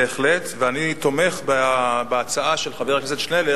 ואני תומך בהצעה של חבר הכנסת שנלר